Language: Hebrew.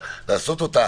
ולעשות אותה